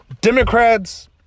Democrats